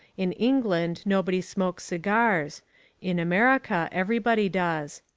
in england nobody smokes cigars in america everybody does.